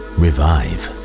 revive